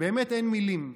אין מילים.